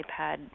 ipad